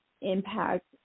impact